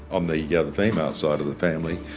on the yeah the female side of the family,